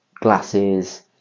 glasses